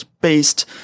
based